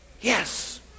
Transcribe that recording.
yes